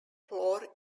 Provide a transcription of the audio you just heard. floor